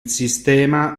sistema